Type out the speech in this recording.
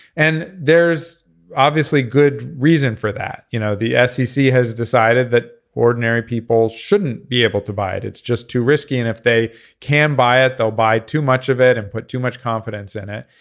and there's obviously good reason for that. you know the s e c. has decided that ordinary people shouldn't be able to buy it. it's just too risky and if they can buy it they'll buy too much of it and put too much confidence in it.